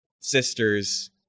sisters